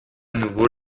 nouveau